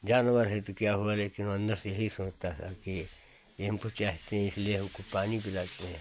जानवर हैं तो क्या हुआ लेकिन अंदर से यही सोचता है प्रेम तो चाहते हैं इसीलिए हमको पानी पिलाते हैं